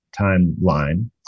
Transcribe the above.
timeline